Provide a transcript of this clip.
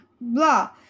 blah